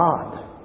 God